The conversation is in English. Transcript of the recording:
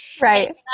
Right